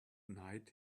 night